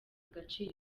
gaciro